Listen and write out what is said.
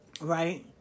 right